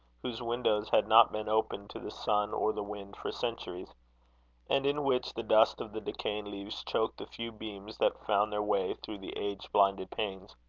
whose windows had not been opened to the sun or the wind for centuries and in which the dust of the decaying leaves choked the few beams that found their way through the age-blinded panes.